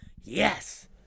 Yes